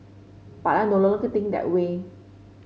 but I no longer think that way